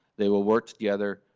they will work together,